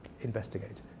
investigate